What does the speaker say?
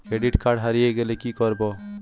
Credit card হারিয়ে গেলে কি করব?